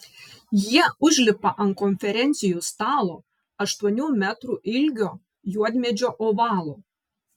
jie užlipa ant konferencijų stalo aštuonių metrų ilgio juodmedžio ovalo